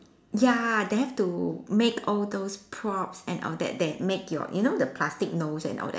ya they have to make all those props and all that they make your you know the plastic nose and all that